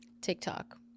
TikTok